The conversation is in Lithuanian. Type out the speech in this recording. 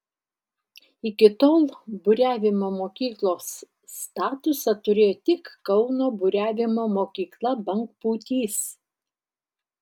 iki tol buriavimo mokyklos statusą turėjo tik kauno buriavimo mokykla bangpūtys